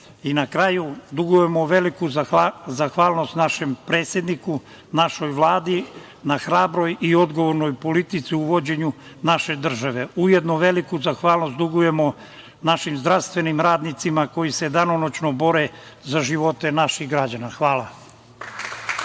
kraju dugujemo veliku zahvalnost našem predsedniku, našoj Vladi na hrabroj i odgovornoj politici u vođenju naše države. Ujedno veliku zahvalnost dugujemo našim zdravstvenim radnicima koji se danonoćno bore za živote naših građana. Hvala